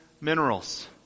minerals